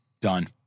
Done